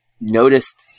noticed